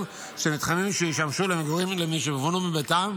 של מתחמים שישמשו למגורים למי שפונו מביתם,